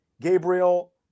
Gabriel